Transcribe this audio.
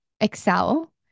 excel